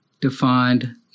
defined